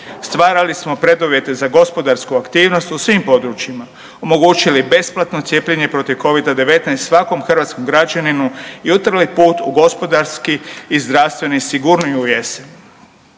Stvarali smo preduvjete za gospodarsku aktivnost u svim područjima, omogućili besplatno cijepljenje protiv Covid-19 svakom hrvatskom građaninu i utrli put u gospodarski i zdravstveni sigurniju jesen.